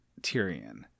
Tyrion